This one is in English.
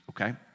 okay